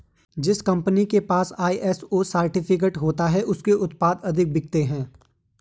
जिस कंपनी के पास आई.एस.ओ सर्टिफिकेट होता है उसके उत्पाद अधिक बिकते हैं